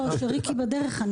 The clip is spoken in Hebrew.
לא, מישרקי בדרך.